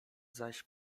zaś